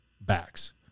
backs